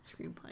screenplay